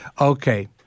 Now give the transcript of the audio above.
Okay